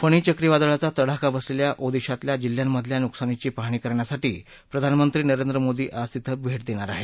फणी चक्रीवादळाचा तडाखा बसलेल्या ओदिशातल्या जिल्ह्यांमधल्या नुकसानीची पहाणी करण्यासाठी प्रधानमंत्री नरेंद्र मोदी आज तिथं भेट देणार आहेत